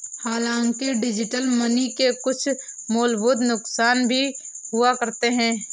हांलाकि digital money के कुछ मूलभूत नुकसान भी हुआ करते हैं